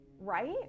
right